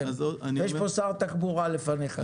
יש פה שר תחבורה לשעבר לפניך.